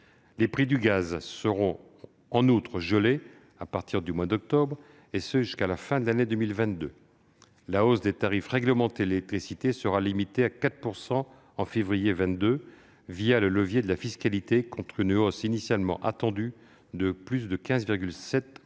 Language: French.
Les prix du gaz seront gelés à partir du mois d'octobre, et ce jusqu'à la fin de l'année 2022. La hausse des tarifs réglementés de l'électricité sera limitée à 4 % au mois de février 2022, le levier de la fiscalité, contre une hausse initialement attendue de plus de 15,7